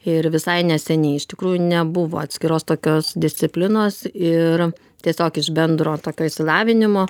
ir visai neseniai iš tikrųjų nebuvo atskiros tokios disciplinos ir tiesiog iš bendro tokio išsilavinimo